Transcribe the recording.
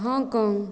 Hong Kong